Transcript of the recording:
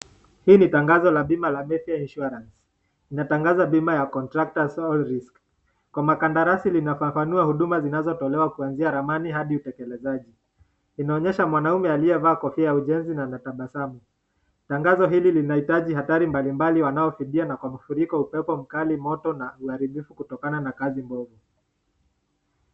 Hii ni tangazo la bima la Mayfair Insurance. Inatangaza bima ya Contractors All Risk . Kwa makandarasi linafafanua huduma zinazotolewa kuanzia ramani hadi utekelezaji. Inaonyesha mwanaume aliyevaa kofia ya ujenzi na anatabasamu. Tangazo hili linahita hatari mbalimbali wanafidia na kwa mafuriko, upepo mkali, moto na uharibifu kutokana na kazi mbovu.